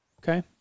Okay